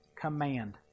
command